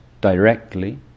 directly